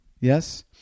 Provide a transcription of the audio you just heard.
Yes